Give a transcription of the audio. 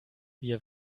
wir